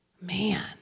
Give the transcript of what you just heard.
Man